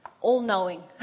all-knowing